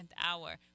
hour